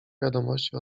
wiadomości